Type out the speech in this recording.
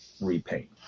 repaint